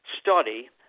study